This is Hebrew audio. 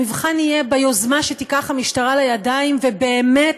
המבחן יהיה ביוזמה שתיקח המשטרה לידיים ובאמת